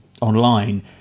online